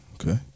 okay